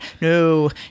No